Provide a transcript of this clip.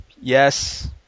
yes